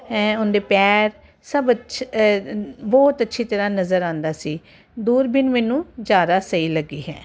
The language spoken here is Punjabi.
ਹੈ ਉਹਦੇ ਪੈਰ ਸਭ ਅਛ ਬਹੁਤ ਅੱਛੀ ਤਰ੍ਹਾਂ ਨਜ਼ਰ ਆਉਂਦਾ ਸੀ ਦੂਰਬੀਨ ਮੈਨੂੰ ਜ਼ਿਆਦਾ ਸਹੀ ਲੱਗੀ ਹੈ